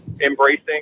embracing